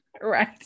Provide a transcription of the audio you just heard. Right